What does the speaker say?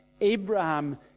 Abraham